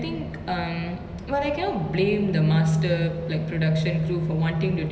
their point of view வந்து:vanthu like they want to help the um